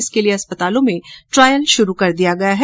इसके लिए अस्पतालों में ट्रायल शुरु कर दिया गया है